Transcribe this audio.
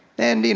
and you know,